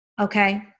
Okay